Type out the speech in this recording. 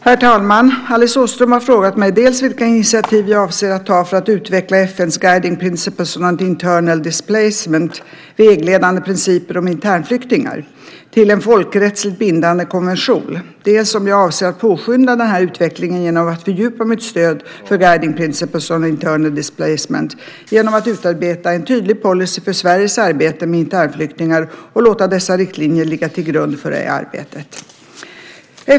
Herr talman! Alice Åström har frågat mig dels vilka initiativ jag avser att ta för att utveckla FN:s Guiding Principles on Internal Displacement, vägledande principer om internflyktingar, till en folkrättsligt bindande konvention, dels om jag avser att påskynda den här utvecklingen genom att fördjupa mitt stöd för Guiding Principles on Internal Displacement genom att utarbeta en tydlig policy för Sveriges arbete med internflyktingar och låta dessa riktlinjer ligga till grund för det arbetet.